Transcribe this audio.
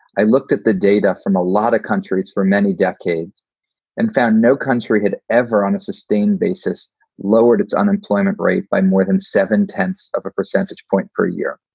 i looked at the data from a lot of countries. for many decades and found no country had ever on a sustained basis lowered its unemployment rate by more than seven tenths of a percentage point per year.